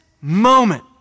moment